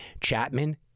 Chapman